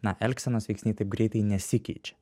na elgsenos veiksniai taip greitai nesikeičia